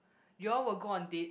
you all will go on date